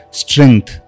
strength